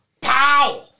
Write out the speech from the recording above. pow